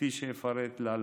כפי שאפרט להלן: